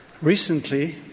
Recently